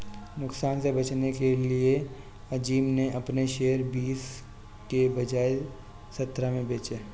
नुकसान से बचने के लिए अज़ीम ने अपने शेयर बीस के बजाए सत्रह में बेचे